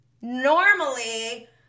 normally